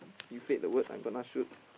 he said the word I'm gonna shoot